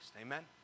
amen